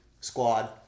squad